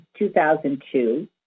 2002